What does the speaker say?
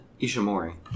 Ishimori